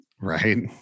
Right